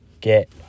get